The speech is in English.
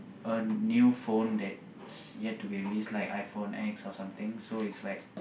a new phone that's yet to be released like iPhone X or something so it's like